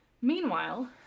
Meanwhile